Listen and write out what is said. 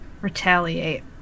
retaliate